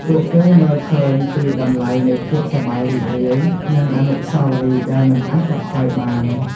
ពួកគេមើលឃើញពីតម្លៃនៃភាពសប្បាយរីករាយ និងអនុស្សាវរីយ៍ដែលមិនអាចកាត់ថ្លៃបាន។